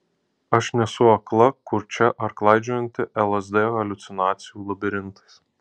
aš nesu akla kurčia ar klaidžiojanti lsd haliucinacijų labirintais